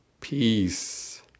peace